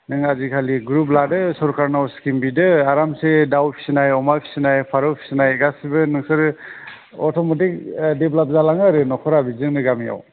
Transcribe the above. नों आजिखालि ग्रुप लादो सरखारनाव स्किम बिदो आरामसे दाउ फिसिनाय अमा फिसिना फारौ फिसिनाय गासैबो नोंसोरो अट'मेटिक डेभेलप जालाङो न'खरा बिदिजोंनो गामियाव